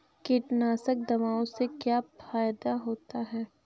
कीटनाशक दवाओं से क्या फायदा होता है?